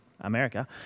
America